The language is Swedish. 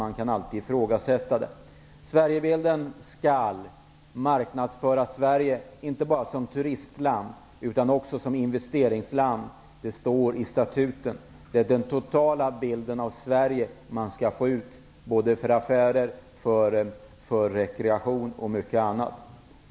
Sverigebilden skall marknadsföra Sverige, inte bara som turistland utan också som investeringsland. Det står i statuten. Det är den totala bilden av Sverige som skall föras ut, både för affärer, för rekreation och för mycket annat.